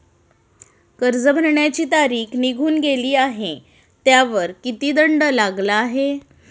कर्ज भरण्याची तारीख निघून गेली आहे त्यावर किती दंड लागला आहे?